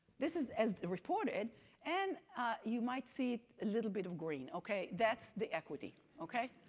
this is as reported and you might see a little bit of green, okay. that's the equity, okay?